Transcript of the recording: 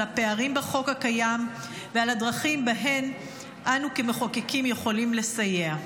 על הפערים בחוק הקיים ועל הדרכים שבהן אנו כמחוקקים יכולים לסייע.